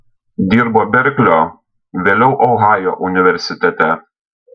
dirbo berklio vėliau ohajo universitete